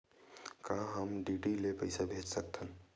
का हम डी.डी ले पईसा भेज सकत हन?